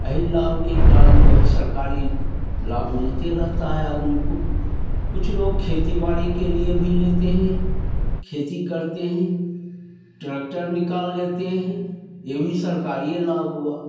यही लाभ के कारण जो है सरकारी लाभ मिलते रहता है आदमी को कुछ लोग खेती बाड़ी के लिए भी लेते हैं खेती करते हैं ट्रकटर निकाल लेते हैं ये भी सरकारी लाभ हुआ